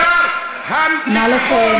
שר הביטחון,